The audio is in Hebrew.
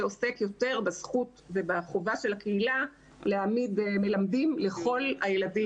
שעוסק יותר בזכות ובחובה של הקהילה להעמיד מלמדים לכל הילדים בקהילה.